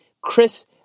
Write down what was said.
Chris